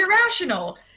irrational